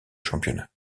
championnat